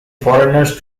foreigners